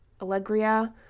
Allegria